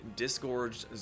disgorged